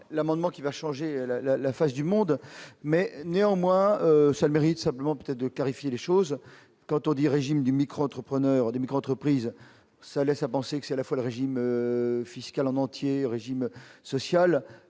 l'amendement qui va changer la la face du monde, mais néanmoins seul mérite simplement peut-être de Carrie filer choses quand on dit régime du micro-entrepreneurs des micro- entreprises, ça laisse à penser que c'est à la fois le régime fiscal en entier régime social